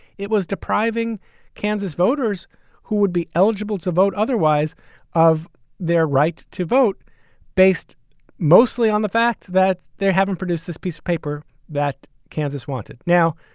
it was depriving kansas voters who would be eligible to vote otherwise of their right to vote based mostly on the fact that they haven't produced this piece of paper that kansas wanted. now,